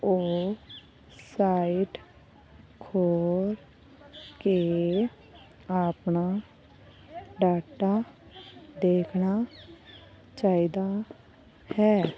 ਉਹ ਸਾਈਟ ਖੋਲ੍ਹ ਕੇ ਆਪਣਾ ਡਾਟਾ ਦੇਖਣਾ ਚਾਹੀਦਾ ਹੈ